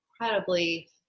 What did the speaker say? incredibly